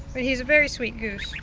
but he's a very sweet goose.